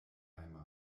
heimat